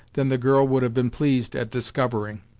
than the girl would have been pleased at discovering.